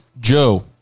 Joe